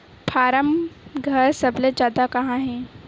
form घर सबले जादा कहां हे